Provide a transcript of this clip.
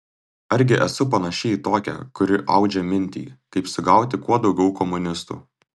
argi esu panaši į tokią kuri audžia mintį kaip sugauti kuo daugiau komunistų